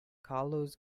carlos